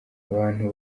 abantu